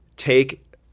Take